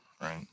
right